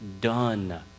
done